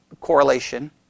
correlation